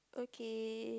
okay